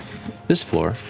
this floor,